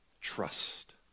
Trust